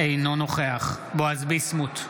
אינו נוכח בועז ביסמוט,